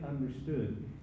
understood